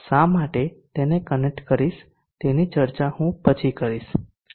શા માટે તેને કનેક્ટ કરીશ તેની ચર્ચા હું પછી કરીશ